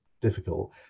difficult